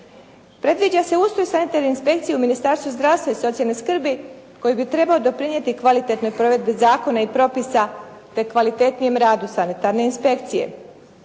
Predviđa se ustroj sanitarne inspekcije u Ministarstvu zdravstva i socijalne skrbi koji bi trebao doprinijeti kvalitetnoj provedbi zakona i propisa, te kvalitetnijem radu sanitarne inspekcije.